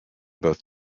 both